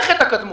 היא החטא הקדמון,